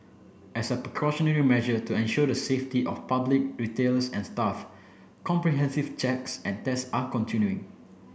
as a precautionary measure to ensure the safety of public retailers and staff comprehensive checks and test are continuing